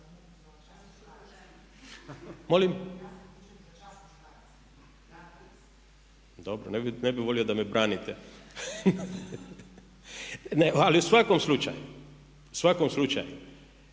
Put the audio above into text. se ne čuje./… Dobro, ne bih volio da me branite. Ne, ali u svakom slučaju, u svakom slučaju,